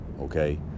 okay